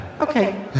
Okay